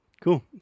cool